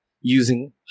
using